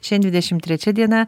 šian dvidešimt trečia diena